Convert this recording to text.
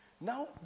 Now